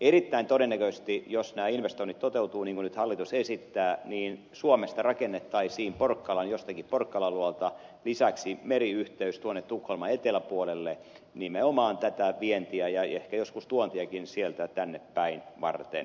erittäin todennäköisesti jos nämä investoinnit toteutuvat niin kuin hallitus esittää niin suomesta rakennettaisiin jostakin porkkalan luota lisäksi meriyhteys tuonne tukholman eteläpuolelle nimenomaan tätä vientiä varten ja joskus tuontiakin varten sieltä tänne päin